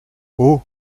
haut